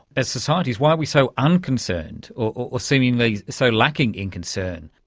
as societies why are we so unconcerned or seemingly so lacking in concern?